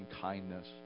kindness